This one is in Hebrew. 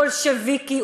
בולשביקי.